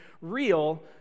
real